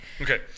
Okay